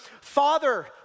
Father